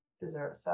dessert